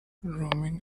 roaming